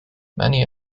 many